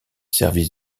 services